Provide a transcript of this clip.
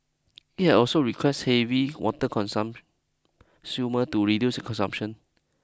it has also requested heavy water to reduce consumption